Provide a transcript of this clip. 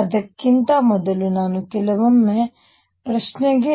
ಅದಕ್ಕಿಂತ ಮೊದಲು ನಾನು ಕೆಲವೊಮ್ಮೆ ಪ್ರಶ್ನೆಗೆ